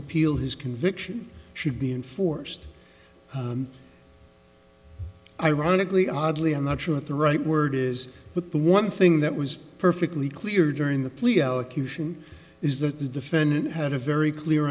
appeal his conviction should be enforced ironically oddly i'm not sure what the right word is but the one thing that was perfectly clear during the plea allocution is that the defendant had a very clear